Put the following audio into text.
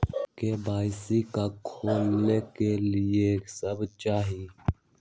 KYC का का खोलने के लिए कि सब चाहिए?